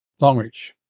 Longreach